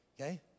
Okay